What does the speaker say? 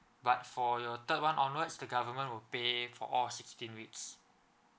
but for your third one onwards the government will pay for all of sixteen weeks